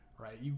right